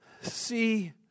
see